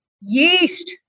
yeast